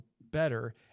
better